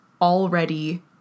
already